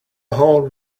whole